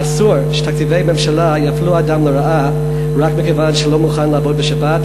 אסור שתקציבי ממשלה יפלו אדם לרעה רק מכיוון שהוא לא מוכן לעבוד בשבת,